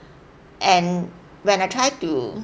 and when I try to